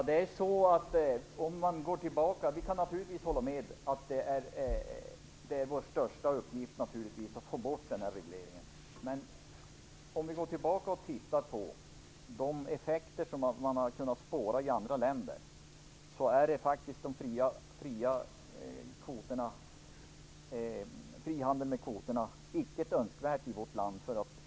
Herr talman! Jag kan hålla med om att vår största uppgift naturligtvis är att få bort den här regleringen. Men om vi ser på de effekter som man har kunnat spåra i andra länder, så är frihandel med kvoterna inte önskvärt i vårt land.